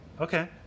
Okay